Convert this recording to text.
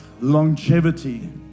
Longevity